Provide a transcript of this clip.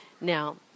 now